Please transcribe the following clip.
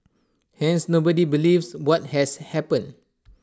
hence nobody believes what has happened